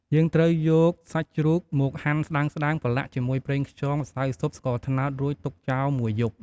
យើងត្រូវយកសាច់ជ្រូកមកហាន់ស្តើងៗ ប្រឡាក់ជាមួយ ប្រេងខ្យង ម្សៅស៊ុប ស្ករត្នោត រួចទុកចោលមួយយប់។